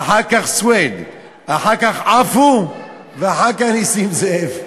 אחר כך סוייד, אחר כך עפו ואחר כך נסים זאב.